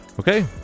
Okay